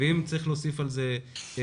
אם צריך להוסיף כסף,